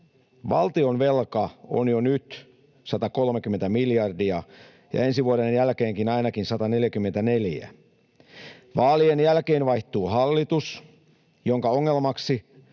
Valtion velka on jo nyt 130 miljardia ja ensi vuoden jälkeen ainakin 144. Vaalien jälkeen vaihtuu hallitus, jonka ongelmaksi